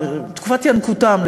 תקופת ינקותם,